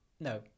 No